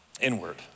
inward